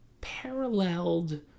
paralleled